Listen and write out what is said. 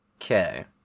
Okay